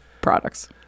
products